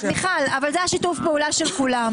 אבל זה היה שיתוף פעולה של כולם.